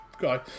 guy